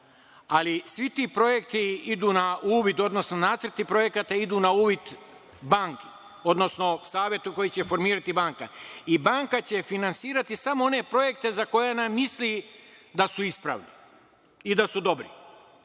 ali svi ti projekti idu na uvid, odnosno nacrt i projekat idu na uvid banci, odnosno savetu koji će formirati banka, i banka će finansirati samo projekte za one za koje ona misli da su ispravni i da su dobri. Znate,